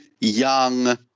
young